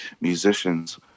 musicians